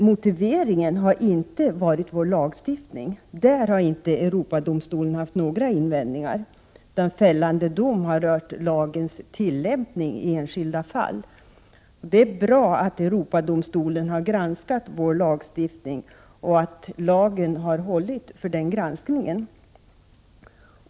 Motiveringen har då inte gällt vår lagstiftning. Där har Europadomstolen inte haft några invändningar, utan fällande dom har rört lagens tillämpning i enskilda fall. Det är bra att Europadomstolen har granskat vår lagstiftning och att lagen har klarat den granskningen.